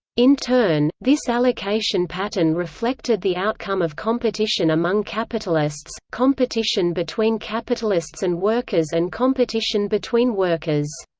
in turn, this allocation pattern reflected the outcome of competition among capitalists, competition between capitalists and workers and competition between workers.